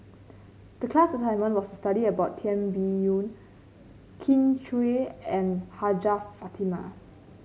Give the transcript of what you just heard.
the class assignment was to study about Tan Biyun Kin Chui and Hajjah Fatimah